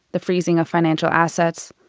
the freezing of financial assets,